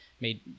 made